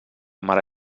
mare